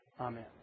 Amen